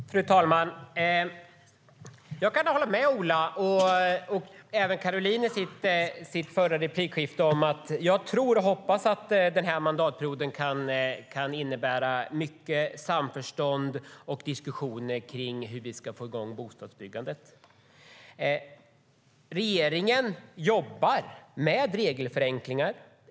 Fru talman! Jag kan hålla med Ola och även Caroline i hennes förra replikskifte - jag tror och hoppas att den här mandatperioden kan innebära mycket samförstånd och diskussioner om hur vi ska få igång bostadsbyggandet. Regeringen jobbar med regelförenklingar.